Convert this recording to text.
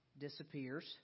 disappears